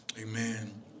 Amen